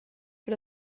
für